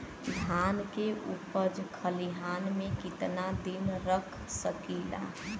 धान के उपज खलिहान मे कितना दिन रख सकि ला?